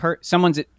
someone's